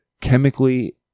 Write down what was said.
chemically